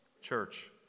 Church